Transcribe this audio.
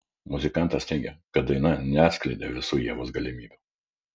muzikantas teigė kad daina neatskleidė visų ievos galimybių